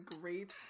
great